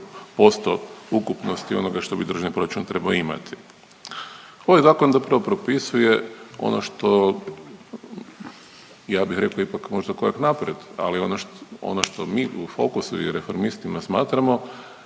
0,1% ukupnosti onoga što bi državni proračun trebao imati? Ovaj Zakon zapravo propisuje ono što, ja bih rekao, ipak možda korak naprijed, ali ono što mi u Fokusu i Reformistima smatramo,